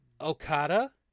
Okada